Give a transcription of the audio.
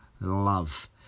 love